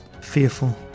fearful